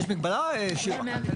יש מגבלה, שירה?